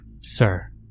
sir